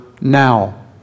now